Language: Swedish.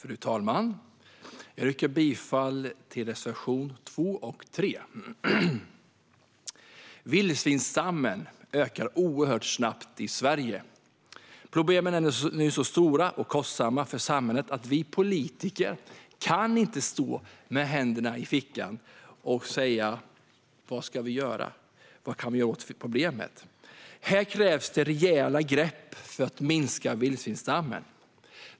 Fru talman! Jag yrkar bifall till reservationerna 2 och 3. Vildsvinsstammen ökar oerhört snabbt i Sverige. Problemen är nu så stora och kostsamma för samhället att vi politiker inte kan stå med händerna i fickorna och säga: "Vad ska vi göra? Vad kan vi göra åt problemet?" Det krävs rejäla grepp för att minska vildsvinsstammen.